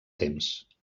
temps